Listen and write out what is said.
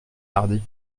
tardy